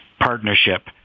partnership